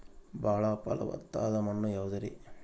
ಬಾಳ ಫಲವತ್ತಾದ ಮಣ್ಣು ಯಾವುದರಿ?